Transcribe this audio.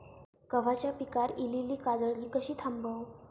गव्हाच्या पिकार इलीली काजळी कशी थांबव?